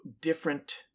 different